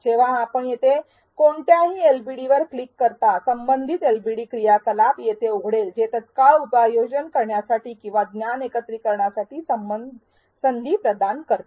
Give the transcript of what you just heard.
जेव्हा आपण येथे कोणत्याही एलबीडीवर क्लिक करता संबंधित एलबीडी क्रियाकलाप येथे उघडेल जे तत्काळ उपयोजन करण्याची किंवा ज्ञान एकत्रिकरणाची संधी प्रदान करते